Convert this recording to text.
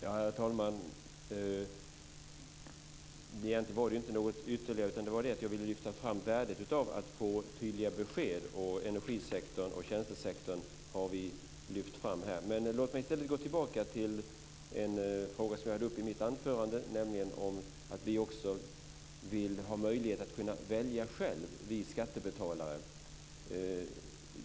Herr talman! Egentligen hade jag inte någon ytterligare fråga, utan jag ville lyfta fram värdet av att få tydliga besked. Vi har ju talat om energi och tjänstesektorerna här. Låt mig i stället gå tillbaka till en fråga som jag hade uppe i mitt anförande. Det gäller att vi skattebetalare vill ha möjlighet att välja själva.